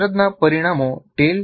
કસરતના પરિણામો tale